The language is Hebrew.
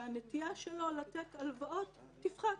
והנטייה שלו לתת הלוואות תפחת,